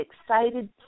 excited